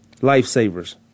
lifesavers